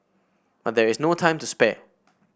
but there is no time to spare